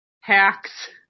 Hacks